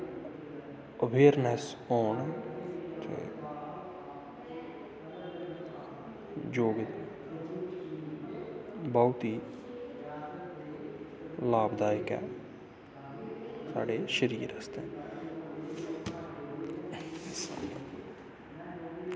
awareness होन योग बौह्त ही लाभदायक ऐ साढ़े शरीर आस्तै